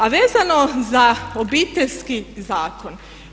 A vezano za Obiteljski zakon.